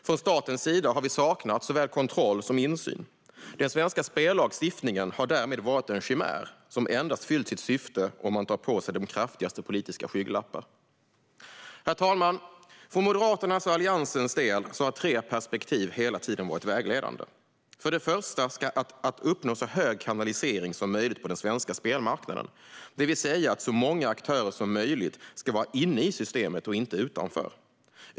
Från statens sida har vi saknat såväl kontroll som insyn. Den svenska spellagstiftningen har därmed varit en chimär som endast fyllt sitt syfte om man tar på sig de kraftigaste politiska skygglapparna. Herr talman! För Moderaternas och Alliansens del har tre perspektiv, eller tre delar, hela tiden varit vägledande. Den första delen är att uppnå så hög kanalisering som möjligt på den svenska spelmarknaden, det vill säga att så många aktörer som möjligt ska vara inne i systemet och inte utanför.